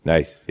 Nice